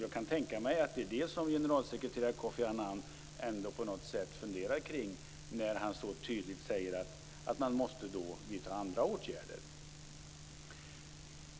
Jag kan tänka mig att det är det som generalsekreterare Kofi Annan funderar kring när han så tydligt säger att man måste vidta andra åtgärder.